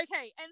Okay